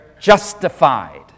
justified